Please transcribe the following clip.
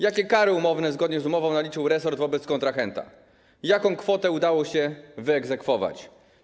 Jakie kary umowne zgodnie z umową naliczył resort wobec kontrahenta i jaką kwotę udało się wyegzekwować?